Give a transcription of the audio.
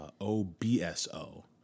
O-B-S-O